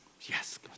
Yes